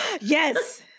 Yes